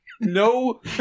no